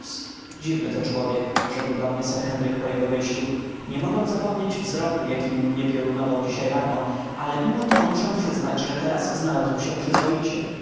dziwny to człowiek rzekł do mnie sir henryk po jego odejściu nie mogę zapomnieć wzroku jakim mnie piorunował dziś rano ale mimo to muszę przyznać że teraz znalazł się przyzwoicie